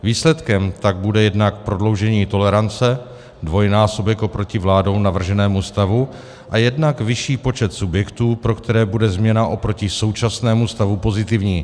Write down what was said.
Výsledkem tak bude jednak prodloužení tolerance, dvojnásobek oproti vládou navrženému stavu, a jednak vyšší počet subjektů, pro které bude změna oproti současnému stavu pozitivní.